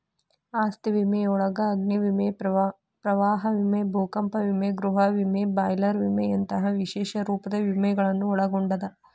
ಆಸ್ತಿ ವಿಮೆಯೊಳಗ ಅಗ್ನಿ ವಿಮೆ ಪ್ರವಾಹ ವಿಮೆ ಭೂಕಂಪ ವಿಮೆ ಗೃಹ ವಿಮೆ ಬಾಯ್ಲರ್ ವಿಮೆಯಂತ ವಿಶೇಷ ರೂಪದ ವಿಮೆಗಳನ್ನ ಒಳಗೊಂಡದ